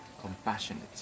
compassionate